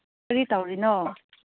ꯀꯔꯤ ꯇꯧꯔꯤꯅꯣ